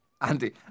Andy